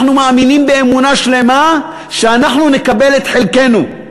אנחנו מאמינים באמונה שלמה שאנחנו נקבל את חלקנו.